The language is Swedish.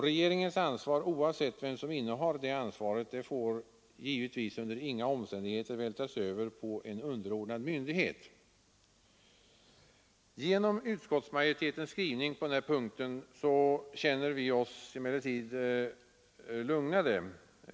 Regeringens ansvar — oavsett vem som innehar det ansvaret — får givetvis under inga omständigheter vältras över på en underordnad myndighet. Genom utskottsmajoritetens skrivning på den här punkten känner vi oss emellertid lugnade.